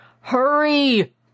Hurry